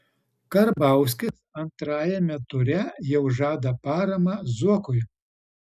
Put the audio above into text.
karbauskis antrajame ture jau žada paramą zuokui